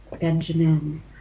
Benjamin